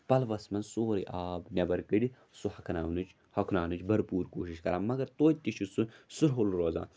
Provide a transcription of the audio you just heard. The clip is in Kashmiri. پَلوَس منٛز سورٕے آب نیٚبَر کٔڑِتھ سُہ ہۄکھناونٕچ ہۄکھناونٕچ بھَرپوٗر کوٗشِش کَران مَگَر تویتہِ تہِ چھِ سُہ سُرہُل روزان